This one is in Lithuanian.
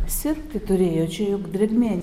sirgti turėjo čia juk drėgmė